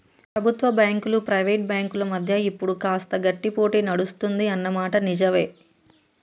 ప్రభుత్వ బ్యాంకులు ప్రైవేట్ బ్యాంకుల మధ్య ఇప్పుడు కాస్త గట్టి పోటీ నడుస్తుంది అన్న మాట నిజవే